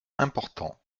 important